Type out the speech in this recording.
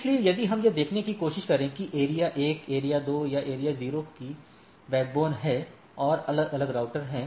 इसलिए यदि हम यह देखने की कोशिश करें कि एरिया 1 एरिया 2 और एरिया 0 की बैकबोन हैं और अलग अलग राउटर हैं